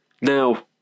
now